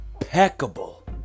impeccable